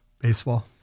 baseball